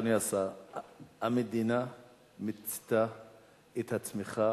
אדוני השר: המדינה מיצתה את הצמיחה